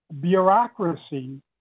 bureaucracy